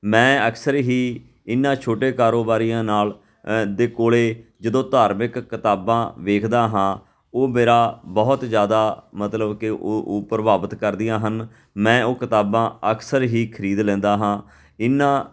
ਮੈਂ ਅਕਸਰ ਹੀ ਇਹਨਾਂ ਛੋਟੇ ਕਾਰੋਬਾਰੀਆਂ ਨਾਲ ਦੇ ਕੋਲ ਜਦੋਂ ਧਾਰਮਿਕ ਕਿਤਾਬਾਂ ਵੇਖਦਾ ਹਾਂ ਉਹ ਮੇਰਾ ਬਹੁਤ ਜ਼ਿਆਦਾ ਮਤਲਬ ਕਿ ਉਹ ਉ ਪ੍ਰਭਾਵਿਤ ਕਰਦੀਆਂ ਹਨ ਮੈਂ ਉਹ ਕਿਤਾਬਾਂ ਅਕਸਰ ਹੀ ਖਰੀਦ ਲੈਂਦਾ ਹਾਂ ਇਨ੍ਹਾਂ